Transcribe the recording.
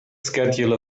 schedule